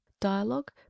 Dialogue